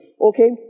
okay